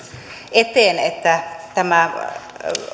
eteen että tämä